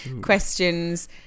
questions